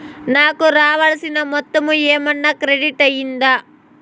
నాకు రావాల్సిన మొత్తము ఏమన్నా క్రెడిట్ అయ్యిందా